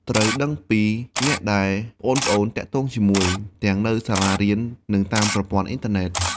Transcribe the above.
ត្រូវដឹងពីអ្នកដែលប្អូនៗទាក់ទងជាមួយ ទាំងនៅសាលារៀន និងតាមប្រព័ន្ធអុីនធឺណេត។